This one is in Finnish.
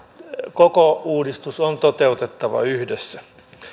koko uudistus on toteutettava yhdessä